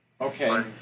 Okay